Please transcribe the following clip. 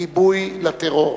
גיבוי לטרור.